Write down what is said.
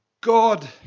God